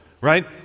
right